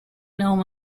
known